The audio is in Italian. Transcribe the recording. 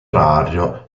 orario